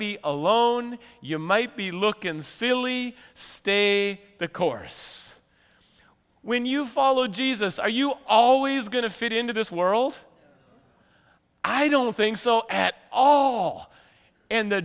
be alone you might be lookin silly stay the course when you follow jesus are you always going to fit into this world i don't think so at all and the